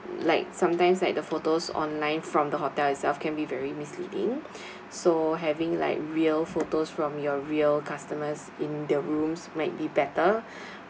like sometimes like the photos online from the hotel itself can be very misleading so having like real photos from your real customers in their rooms might be better